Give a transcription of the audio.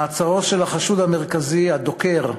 מעצרו של החשוד המרכזי, הדוקר,